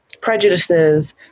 prejudices